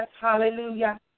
Hallelujah